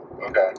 Okay